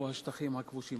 הוא השטחים הכבושים,